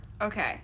Okay